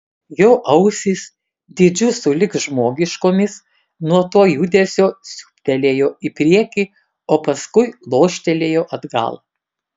jo ausys dydžiu sulig žmogiškomis nuo to judesio siūbtelėjo į priekį o paskui loštelėjo atgal